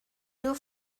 nur